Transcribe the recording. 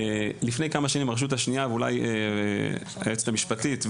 לפני כמה שנים הרשות השנייה ואולי היועצת המשפטית,